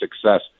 success